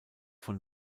von